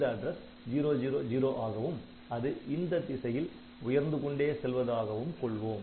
இந்த அட்ரஸ் 0000 ஆகவும் அது இந்த திசையில் உயர்ந்து கொண்டே செல்வதாகவும் கொள்வோம்